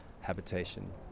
habitation